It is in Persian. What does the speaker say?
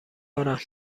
کنم